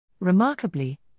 Remarkably